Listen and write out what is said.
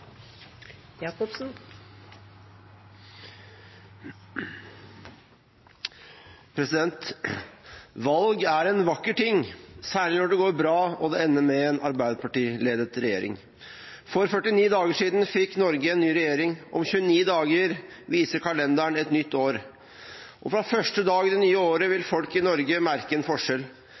en vakker ting, særlig når det går bra og det ender med en Arbeiderparti-ledet regjering. For 49 dager siden fikk Norge en ny regjering. Om 30 dager viser kalenderen et nytt år. Fra første dag i det nye året vil folk i Norge merke en forskjell.